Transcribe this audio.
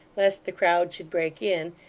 lest the crowd should break in,